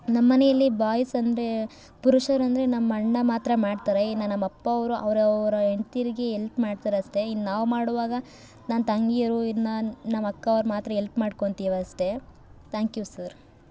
ನಮ್ಮ ಮನೇಲಿ ಬಾಯ್ಸ್ ಅಂದರೆ ಪುರುಷರಂದರೆ ನಮ್ಮ ಅಣ್ಣ ಮಾತ್ರ ಮಾಡ್ತಾರೆ ಇನ್ನು ನಮ್ಮ ಅಪ್ಪ ಅವರು ಅವರವ್ರ ಹೆಂಡ್ತೀರಿಗೆ ಎಲ್ಪ್ ಮಾಡ್ತಾರಷ್ಟೇ ಇನ್ನು ನಾವು ಮಾಡುವಾಗ ನನ್ನ ತಂಗಿಯರು ಇನ್ನು ನಾನು ನಮ್ಮ ಅಕ್ಕ ಅವ್ರು ಮಾತ್ರ ಎಲ್ಪ್ ಮಾಡ್ಕೊಂತೀವಿ ಅಷ್ಟೇ ತ್ಯಾಂಕ್ ಯು ಸರ್